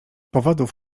powodów